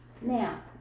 now